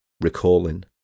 recalling